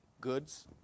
goods